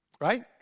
Right